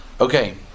Okay